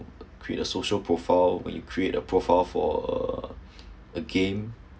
create a social profile when you create a profile for(uh) a game